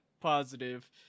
positive